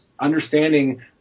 understanding